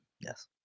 yes